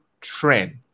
trend